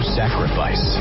sacrifice